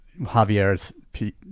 Javier's